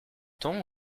temps